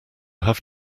have